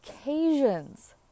occasions